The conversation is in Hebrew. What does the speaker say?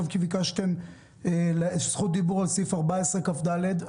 ביקשתם כעת זכות דיבור על סעיף 14 כד,